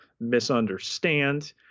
misunderstand